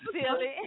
silly